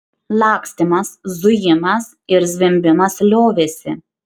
lakstymas zujimas ir zvimbimas liovėsi